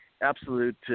absolute